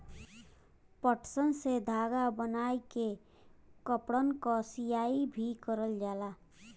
पटसन से धागा बनाय के कपड़न क सियाई भी करल जाला